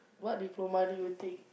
what diploma did you take